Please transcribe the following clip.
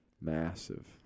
Massive